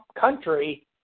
country